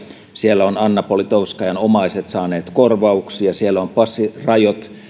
siellä ovat anna politkovskajan omaiset saaneet korvauksia siellä on pussy riot